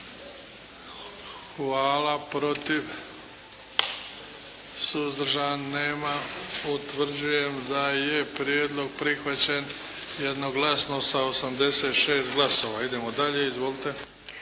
Hvala. Protiv? Suzdržan? Nema. Utvrđujem da je prijedlog prihvaćen jednoglasno sa 86 glasova. Idemo dalje. Izvolite.